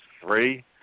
three